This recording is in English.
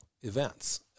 events